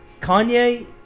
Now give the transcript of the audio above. Kanye